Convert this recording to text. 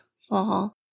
fall